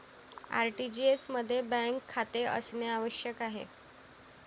RTGS मध्ये bank खाते असणे आवश्यक आहे